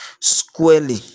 squarely